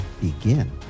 begin